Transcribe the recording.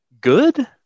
good